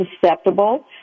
susceptible